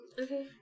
Okay